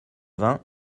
vingts